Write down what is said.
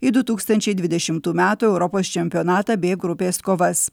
į du tūkstančiai dvidešimtų metų europos čempionatą b grupės kovas